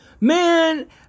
Man